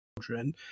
children